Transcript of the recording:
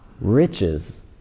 riches